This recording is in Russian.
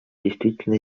действительно